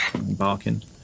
barking